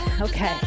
Okay